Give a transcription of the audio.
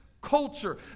Culture